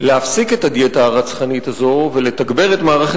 להפסיק את הדיאטה הרצחנית הזו ולתגבר את מערכת